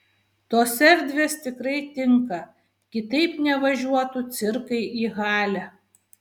tos erdvės tikrai tinka kitaip nevažiuotų cirkai į halę